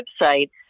website